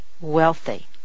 wealthy